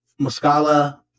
Muscala